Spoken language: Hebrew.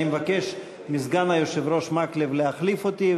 אני מבקש מסגן היושב-ראש מקלב להחליף אותי.